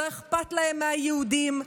לא אכפת להם מהיהודים,